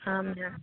हाँ मैम